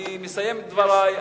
אני מסיים את דברי.